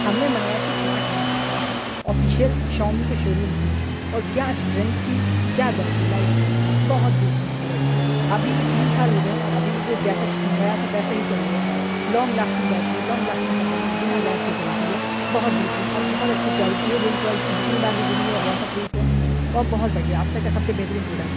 ہم نے منگایا تھی اسمارٹ واچ آفیشیل شاؤمی کے شوروم سے اور کیا اسٹرینتھ تھی کیا بیٹری لائف تھی بہت بہترین پروڈکٹ ابھی بھی تین سال ہو گئے ہیں اور ابھی بھی وہ جیسا منگایا تھا وہ ویسا ہی چل رہا ہے long lasting battery long lasting performance بنا لیگ کے چلتی ہے بہت بہترین اور بہت اچھی کوالٹی ہے بلڈ کوالٹی جتنی بار بھی گری ہے وہ واٹر پروف ہے اور بہت بڑھیا اب تک کا سب سے بہترین پروڈکٹ